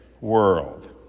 world